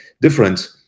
different